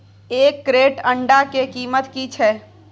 एक क्रेट अंडा के कीमत की छै?